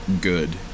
good